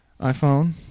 iPhone